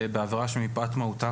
בעבירה שמפאת מהותה,